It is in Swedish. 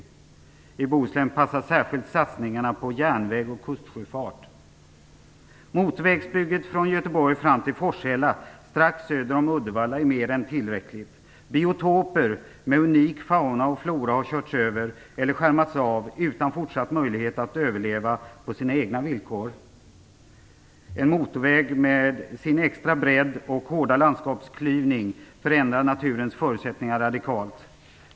I Bohuslän passar särskilt satsningarna på järnväg och kustsjöfart. Motorvägsbygget från Göteborg till Forshälla, strax söder om Uddevalla, är mer än tillräckligt. Biotoper med unik fauna och flora har körts över eller skärmats av utan fortsatt möjlighet att överleva på sina egna villkor. En motorväg med sin extra bredd och hårda landskapsklyvning förändrar naturens förutsättningar radikalt.